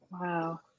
Wow